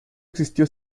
existió